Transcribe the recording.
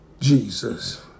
Jesus